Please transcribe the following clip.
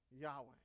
Yahweh